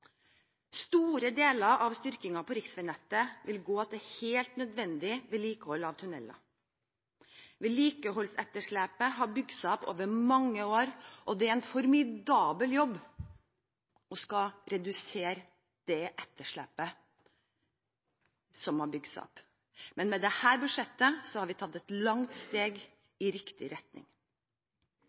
Store deler av styrkingen på riksveinettet vil gå til helt nødvendig vedlikehold av tunneler. Vedlikeholdsetterslepet har bygd seg opp over mange år, og det er en formidabel jobb å skulle redusere det etterslepet som har bygd seg opp. Men med dette budsjettet har vi tatt et langt steg i riktig retning.